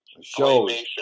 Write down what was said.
shows